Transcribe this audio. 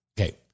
okay